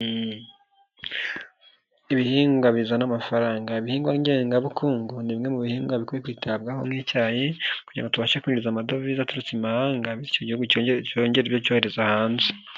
Ibihingwa bizana amafaranga ibihingwa ngengabukungu ni bimwe mu bihingwa bikwiye kwitabwaho nk'icyayi kugira ngo tubashe kwinjiza amadovize aturutse i mahanga bityo igihugu cyo cyongere ibyo cyohereza hanze.